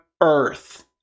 earth